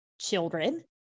children